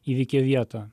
įvykio vietą